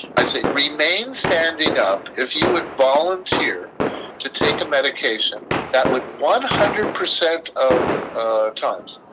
i say remain standing up. if you would volunteer to take a medication that would one hundred percent of ah times,